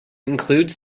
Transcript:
includes